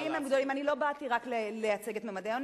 אני לא באתי רק לייצג את ממדי העוני.